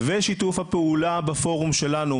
ושיתוף הפעולה בפורום שלנו,